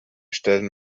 stellen